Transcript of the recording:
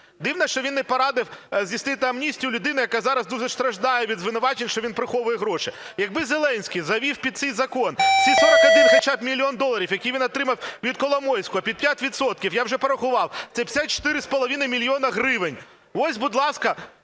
Дивно, що він не порадив здійснити амністію людині, яка зараз дуже страждає від звинувачень, що він приховує гроші. Якби Зеленський завів під цей закон ці 41, хоча б, мільйон доларів, які він отримав від Коломойського під 5 відсотків, я вже порахував – це 54,5 мільйона гривень. Ось, будь ласка,